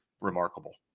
remarkable